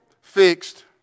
fixed